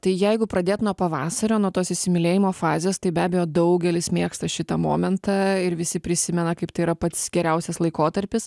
tai jeigu pradėt nuo pavasario nuo tos įsimylėjimo fazės tai be abejo daugelis mėgsta šitą momentą ir visi prisimena kaip tai yra pats geriausias laikotarpis